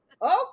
Okay